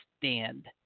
Stand